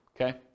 Okay